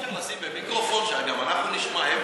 אי-אפשר לשים במיקרופון, שגם אנחנו נשמע?